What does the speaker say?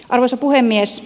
arvoisa puhemies